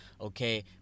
Okay